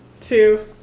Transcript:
two